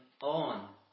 on